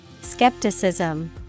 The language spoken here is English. Skepticism